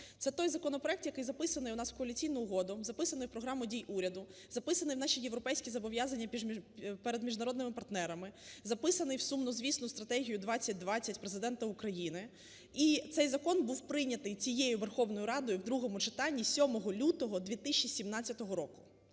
Це той законопроект, який записаний у нас в Коаліційну угоду, записаний в Програму дій уряду, записаний в наші європейські зобов'язання перед міжнародними партнерами, записаний в сумнозвісну "стратегію 2020" Президента України, і цей закон був прийнятий цією Верховною Радою в другому читанні 7 лютого 2017 року.